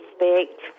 respect